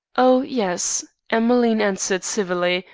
oh, yes emmeline answered civilly,